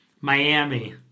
Miami